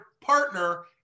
partner